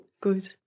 Good